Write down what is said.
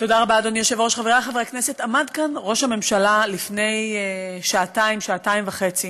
כאן ראש הממשלה לפני שעתיים, שעתיים וחצי,